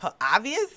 obvious